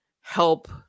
help